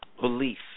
belief